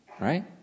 Right